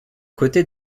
côté